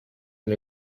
and